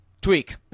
tweak